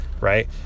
right